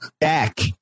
Back